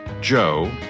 Joe